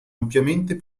ampiamente